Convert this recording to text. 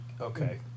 okay